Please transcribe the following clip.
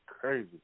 crazy